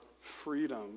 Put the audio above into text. freedom